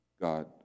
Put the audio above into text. God